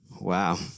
Wow